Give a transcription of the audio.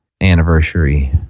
anniversary